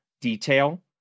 detail